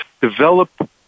develop